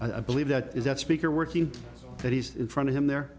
i believe that is that speaker working that he's in front of him there